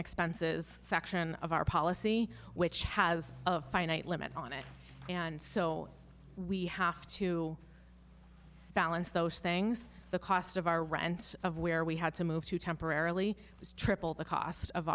expenses section of our policy which has a finite limit on it and so we have to balance those things the cost of our rent of where we had to move to temporarily was triple the cost of